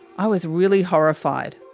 i was really horrified,